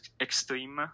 extreme